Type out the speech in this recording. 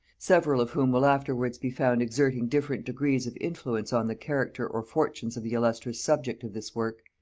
several of whom will afterwards be found exerting different degrees of influence on the character or fortunes of the illustrious subject of this work,